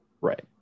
Right